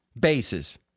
Bases